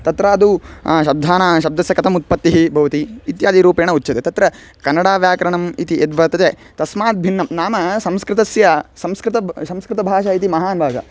तत्रादौ शब्दानां शब्दस्य कथम् उत्पत्तिः भवति इत्यादिरूपेण उच्यते तत्र कन्नडव्याकरणम् इति यद्वर्तते तस्मात् भिन्नं नाम संस्कृतस्य संस्कृतं ब संस्कृतभाषा इति महान् भागः